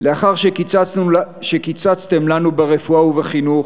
לאחר שקיצצתם לנו ברפואה ובחינוך,